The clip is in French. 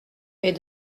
est